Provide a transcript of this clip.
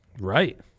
Right